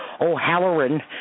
O'Halloran